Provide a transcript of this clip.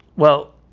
well